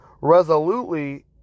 resolutely